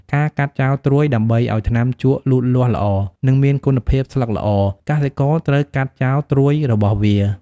ការកាត់ចោលត្រួយ ដើម្បីឱ្យថ្នាំជក់លូតលាស់ល្អ និងមានគុណភាពស្លឹកល្អ កសិករត្រូវកាត់ចោលត្រួយរបស់វា។